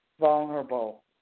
vulnerable